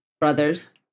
brothers